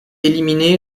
éliminé